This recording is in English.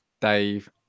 dave